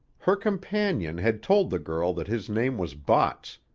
her companion had told the girl that his name was botts,